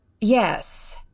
Yes